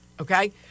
okay